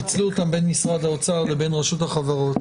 פיצלו אותם בין משרד האוצר לבין רשות החברות